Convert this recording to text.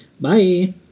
Bye